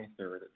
23rd